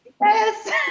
yes